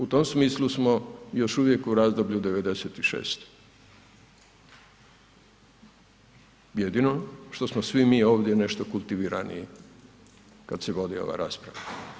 U tom smislu smo još uvijek u razdoblju '96. jedino što smo svi mi ovdje nešto kultiviraniji kad se vodi ova rasprava.